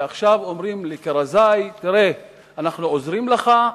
ועכשיו אומרים לקרזאי: אנחנו עוזרים לך,